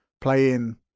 playing